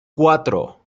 cuatro